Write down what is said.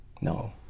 no